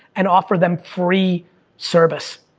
and offer them free service.